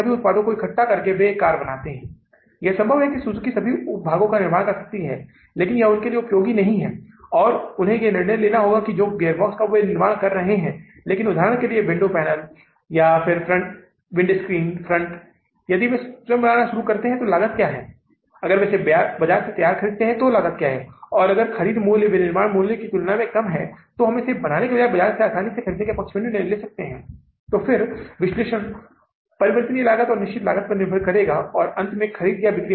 यह उपलब्ध है पहले महीने में 4000 डॉलर 25000 नकदी के सुरक्षा स्टॉक के रूप में रखने के बाद उपलब्ध थे जुलाई में हमारे पास 0 कुछ भी नहीं है क्योंकि शुरुआती शेष राशि बस सुरक्षा स्टॉक के बराबर थी और अगस्त के महीने में आपका शुरुआती शेष राशि 25470 है जो 470 से अधिक है जो कि 25000 के सुरक्षा संतुलन से अधिक है तो इसका मतलब है कि अब हमारे पास यह राशि डॉलर 470 है जो परिचालन के लिए उपलब्ध नकदी की राशि के रूप में हमारे साथ उपलब्ध है